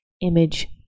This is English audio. image